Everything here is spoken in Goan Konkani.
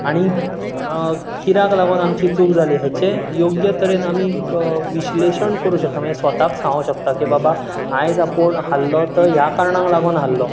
आनीक कित्याक लागून आमची चूक जाली हेचें योग्य तरेन आमी विशलेशण करूं शकता म्हणजे स्वताक सांगो शकता की आमी बाबा आयज आपूण हारलो तो ह्या कारणाक लागून हारलो